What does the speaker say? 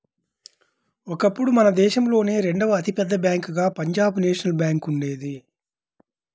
ఒకప్పుడు మన దేశంలోనే రెండవ అతి పెద్ద బ్యేంకుగా పంజాబ్ నేషనల్ బ్యేంకు ఉండేది